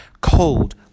cold